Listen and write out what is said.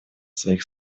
своих